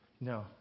no